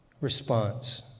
response